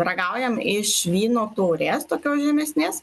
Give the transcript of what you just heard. ragaujam iš vyno taurės tokios žemesnės